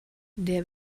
der